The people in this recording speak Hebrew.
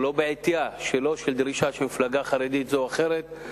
או לא בעטיה של דרישה של מפלגה חרדית זאת או אחרת.